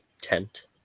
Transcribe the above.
tent